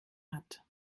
hat